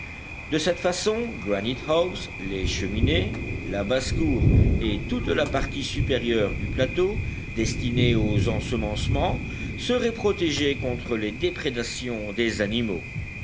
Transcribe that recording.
de cette façon granite house les cheminées la basse-cour et toute la partie supérieure du plateau destinée aux ensemencements seraient protégées contre les déprédations des animaux